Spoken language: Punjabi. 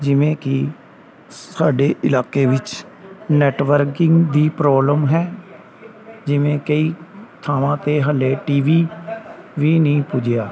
ਜਿਵੇਂ ਕਿ ਸਾਡੇ ਇਲਾਕੇ ਵਿੱਚ ਨੈਟਵਰਕਿੰਗ ਦੀ ਪ੍ਰੋਬਲਮ ਹੈ ਜਿਵੇਂ ਕਈ ਥਾਵਾਂ 'ਤੇ ਹਾਲੇ ਟੀ ਵੀ ਵੀ ਨਹੀਂ ਪੁੱਜਿਆ